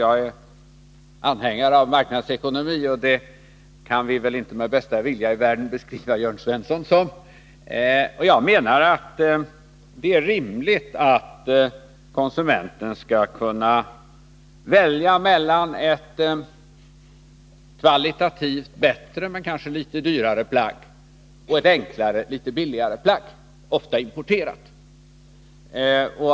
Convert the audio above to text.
Jag är anhängare av marknadsekonomi, och som en sådan kan vi väl inte med bästa vilja i världen beskriva Jörn Svensson. Jag menar att det är rimligt att konsumenten skall kunna välja mellan ett kvalitativt bättre men kanske litet dyrare plagg och ett enklare, litet billigare plagg, ofta importerat.